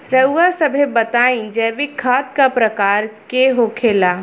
रउआ सभे बताई जैविक खाद क प्रकार के होखेला?